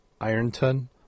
Ironton